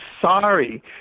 sorry